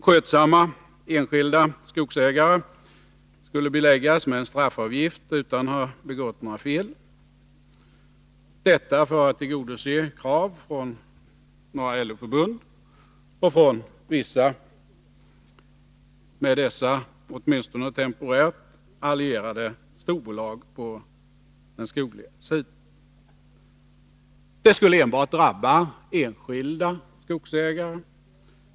Skötsamma enskilda skogsägare skulle beläggas med en straffavgift utan att ha begått några fel — detta för att tillgodose ett krav från några LO-förbund och från vissa med dessa förbund åtminstone temporärt allierade storbolag på den skogliga sidan. Lagstiftningen skulle drabba enbart enskilda skogsägare.